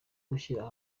gushyira